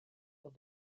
dans